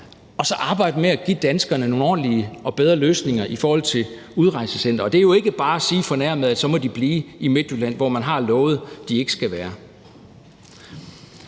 og arbejde med at give danskerne nogle ordentlige og bedre løsninger i forhold til et udrejsecenter. Det er jo ikke bare fornærmet at sige, at så må de blive i Midtjylland, hvor man har lovet de ikke skal være.